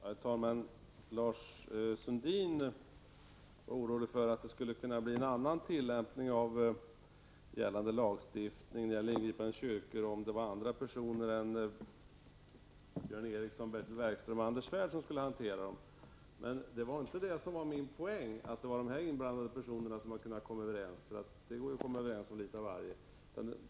Herr talman! Lars Sundin var orolig för att det skulle kunna bli en annan tillämpning av gällande lagstiftning när det gäller ingripande i kyrkor, om andra personer än Björn Eriksson, Bertil Werkström och Anders Svärd skulle hantera dem. Men min poäng var inte att de här nämnda personerna hade kunnat komma överens, för det går ju att komma överens om litet av varje.